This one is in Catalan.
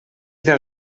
del